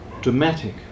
dramatic